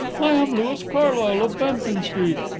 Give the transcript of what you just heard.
i am louis carlyle, of bampton street.